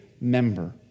member